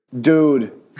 Dude